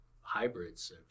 hybrids